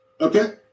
Okay